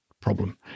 problem